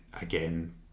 again